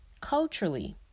culturally